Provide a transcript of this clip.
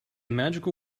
magical